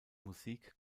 musik